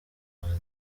rwanda